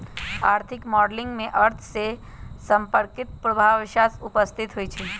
आर्थिक मॉडलिंग में अर्थ से संपर्कित पूर्वाभास उपस्थित होइ छइ